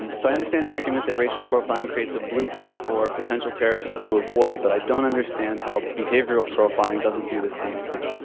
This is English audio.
and so i understand the argument that racial profiling creates a blueprint for potential terrorists to avoid but i don't understand how behavioral profiling doesn't do the same thing.